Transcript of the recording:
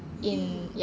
!ee!